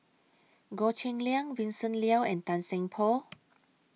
Goh Cheng Liang Vincent Leow and Tan Seng Poh